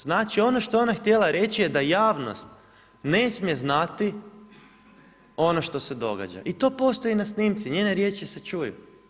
Znači ono što je ona htjela reći je da javnost ne smije znati ono što se događa i to postoji na snimci, njene riječi se čuju.